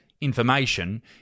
information